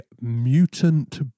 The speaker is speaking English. mutant